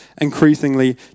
increasingly